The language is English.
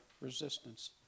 resistance